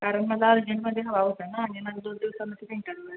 कारण मला अर्जंटमध्ये हवा होता ना आणि माझा दोन दिवसानंतर इंटरव्ह्यू आहे